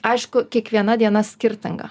aišku kiekviena diena skirtinga